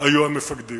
היו המפקדים.